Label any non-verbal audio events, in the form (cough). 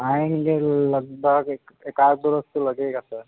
आएंगे लगभग एक एकाध दो (unintelligible) लगेगा सर